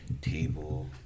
table